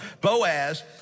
Boaz